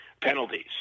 penalties